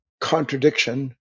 contradiction